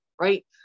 right